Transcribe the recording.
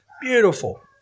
beautiful